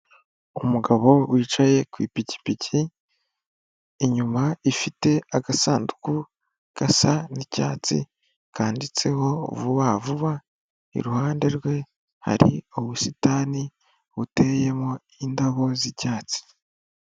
Umugabo wicaye ku ipikipiki inyuma ifite agasanduku gasa n'icyatsi kanditseho vuba vuba iruhande rwe hari ubusitani buteyemo indabo z'icyatsi.